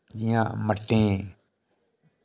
इ'यां मटके